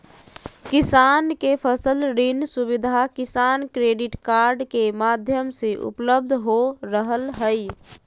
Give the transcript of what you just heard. किसान के फसल ऋण सुविधा किसान क्रेडिट कार्ड के माध्यम से उपलब्ध हो रहल हई